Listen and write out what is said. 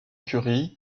curie